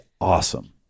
awesome